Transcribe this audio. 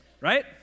right